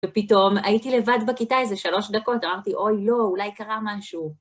ופתאום הייתי לבד בכיתה איזה שלוש דקות, אמרתי, אוי לא, אולי קרה משהו.